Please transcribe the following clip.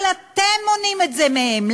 אבל אתם מונעים את זה מהם.